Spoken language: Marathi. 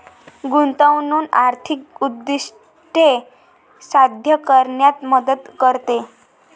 गुंतवणूक आर्थिक उद्दिष्टे साध्य करण्यात मदत करते